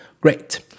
Great